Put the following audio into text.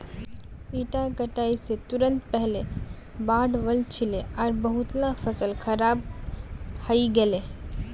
इता कटाई स तुरंत पहले बाढ़ वल छिले आर बहुतला फसल खराब हई गेले